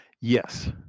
yes